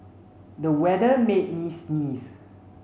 the weather made me sneeze